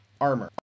armor